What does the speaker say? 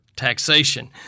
taxation